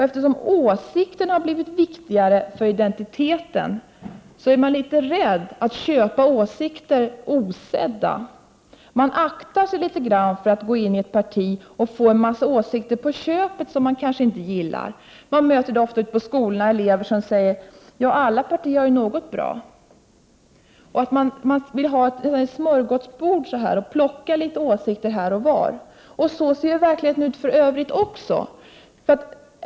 Eftersom åsikterna har blivit viktigare för identiteten är man rädd för att köpa åsikter osedda. Man aktar sig litet för att gå in i ett parti och få en massa åsikter på köpet som man kanske inte gillar. Jag möter ofta elever ute i skolorna som säger att alla partier har något som är bra. Man vill ha ett smörgåsbord och plocka åsikter litet här och var. Så ser verkligheten ut också i övrigt.